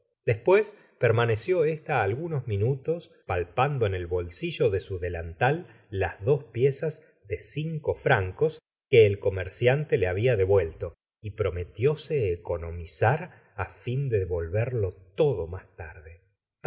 después permaneció ésta algunos minutos pal gustavo flaubert pando en el bolsillo de su delantal las dos piezas de cinco francos que el comerciante le babia de vuelto y prometióse economizar á fin de devolverlo todo más tarde